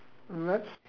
mm that's